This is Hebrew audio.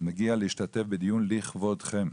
מגיע להשתתף בדיון לכבודכם.